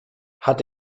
hat